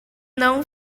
não